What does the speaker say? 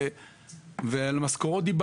אז אנחנו אומרים: